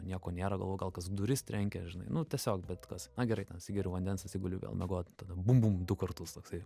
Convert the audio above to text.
nieko nėra galvoju gal kas duris trenkė žinai nu tiesiog bet kas na gerai ten atsigeriu vandens atsiguliau vėl miegot tada bum bum du kartus toksai